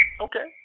Okay